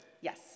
Yes